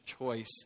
choice